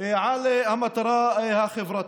על המטרה החברתית.